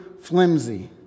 Flimsy